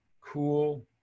cool